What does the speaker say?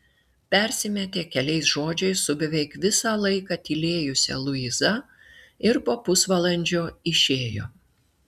persimetė keliais žodžiais su beveik visą laiką tylėjusia luiza ir po pusvalandžio išėjo